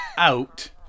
out